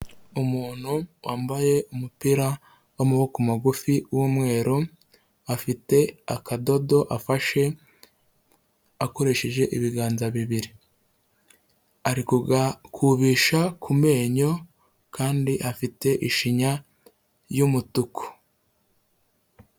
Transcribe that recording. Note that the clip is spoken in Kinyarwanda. Umuntu wambaye umupira w'amaboko magufi w'umweru, afite akadodo afashe akoresheje ibiganza bibiri. Ari kugakubisha ku menyo kandi afite ishinya y'umutuku.